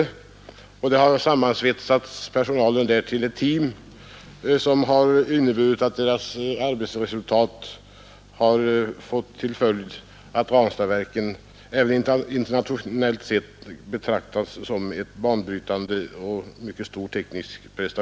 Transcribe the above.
De anställda har sammansvetsats till ett effektivt team, som resulterat i att Ranstadsverket även internationellt sett kommit att betraktas som banbrytande på sitt område.